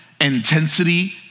intensity